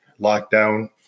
lockdown